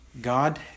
God